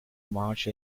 march